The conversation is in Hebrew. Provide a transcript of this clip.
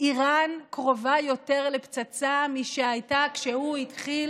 איראן קרובה יותר לפצצה משהייתה כשהוא התחיל